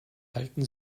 halten